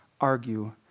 argue